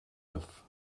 neuf